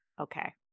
okay